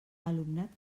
alumnat